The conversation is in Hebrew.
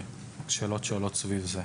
ולשאלות שעולות סביב זה.